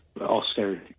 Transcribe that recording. austerity